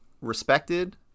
respected